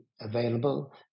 available